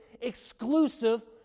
exclusive